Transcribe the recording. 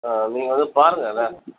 ஆ நீங்கள் வந்து பாருங்கள் என்ன